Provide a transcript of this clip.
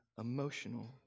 emotional